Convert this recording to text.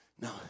no